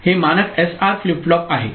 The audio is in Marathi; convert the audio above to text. हे मानक एसआर फ्लिप फ्लॉप आहे